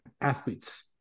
athletes